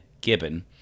gibbon